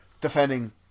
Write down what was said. defending